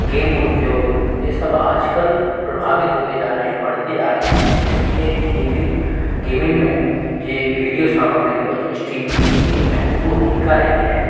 game उद्योग ये सब आज कल प्रभावित होते जा रहे हैं बढ़ते जा रहे हैं इस लिए गेमिंग गेमिंग में ये विडियो सामग्री और स्ट्रीमिंग की एक महत्वपूर्ण भूमिका रही है